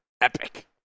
epic